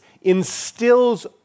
instills